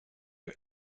you